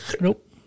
Nope